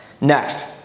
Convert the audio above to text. Next